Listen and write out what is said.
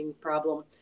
problem